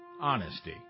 honesty